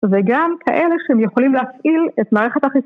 וגם כאלה שהם יכולים להפעיל את מערכת החיסון.